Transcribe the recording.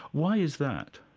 why is that?